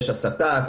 הסתה,